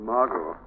Margot